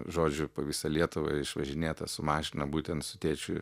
žodžiu po visą lietuvą išvažinėta su mašina būtent su tėčiu